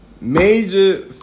Major